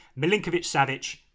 Milinkovic-Savic